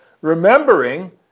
remembering